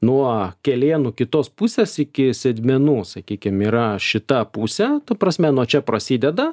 nuo kelienų kitos pusės iki sėdmenų sakykim yra šita pusė ta prasme nuo čia prasideda